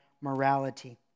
morality